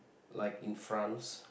like in France